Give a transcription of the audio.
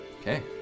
Okay